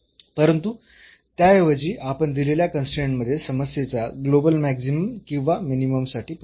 परंतु त्याऐवजी आपण दिलेल्या कन्स्ट्रेन्ट मध्ये समस्येच्या ग्लोबल मॅक्सिमम किंवा मिनिमम साठी पाहू